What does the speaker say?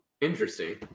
Interesting